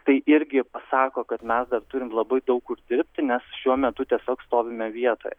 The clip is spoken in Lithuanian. tai irgi pasako kad mes dar turim labai daug kur dirbti nes šiuo metu tiesiog stovime vietoje